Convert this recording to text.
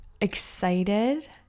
excited